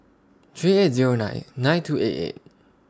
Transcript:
three eight Zero nine nine two eight eight